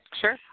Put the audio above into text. Sure